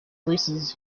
races